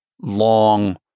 long